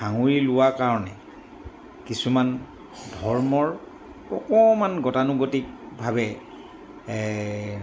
সাঙুৰি লোৱা কাৰণে কিছুমান ধৰ্মৰ অকণমান গতানুগতিকভাৱে